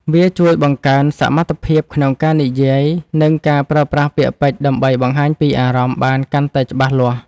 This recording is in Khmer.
វាជួយបង្កើនសមត្ថភាពក្នុងការនិយាយ និងការប្រើប្រាស់ពាក្យពេចន៍ដើម្បីបង្ហាញពីអារម្មណ៍បានកាន់តែច្បាស់លាស់។